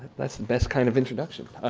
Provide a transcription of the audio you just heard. that's the best kind of introduction.